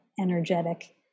energetic